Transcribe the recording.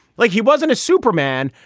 like he wasn't a superman.